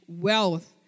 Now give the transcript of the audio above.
wealth